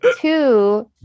Two